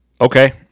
Okay